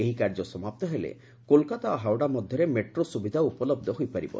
ଏହି କାର୍ଯ୍ୟ ସମାପ୍ତ ହେଲେ କୋଲକାତା ଓ ହାଓଡ଼ା ମଧ୍ୟରେ ମେଟ୍ରୋ ସୁବିଧା ଉପଲବ୍ଧ ହୋଇପାରିବ